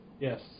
Yes